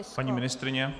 Paní ministryně?